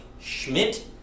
Schmidt